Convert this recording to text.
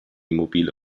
mobile